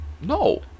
No